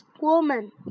woman